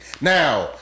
Now